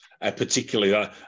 particularly